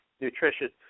nutritious